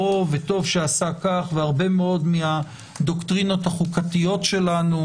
והרבה מאוד מן הדוקטרינות החוקתיות שלנו,